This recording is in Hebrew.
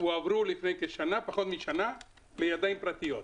הועברו לפני כשנה, פחות משנה, לידיים פרטיות.